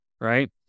Right